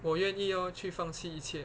我愿意 lor 去放弃一切